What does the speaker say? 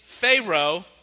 Pharaoh